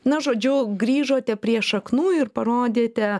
na žodžiu grįžote prie šaknų ir parodėte